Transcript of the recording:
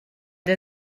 der